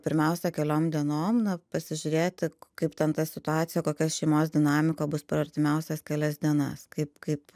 pirmiausia keliom dienom na pasižiūrėti kaip ten ta situacija kokia šeimos dinamika bus artimiausias kelias dienas kaip kaip